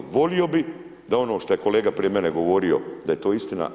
Volio bih da ono što je kolega prije mene govorio da je to istina.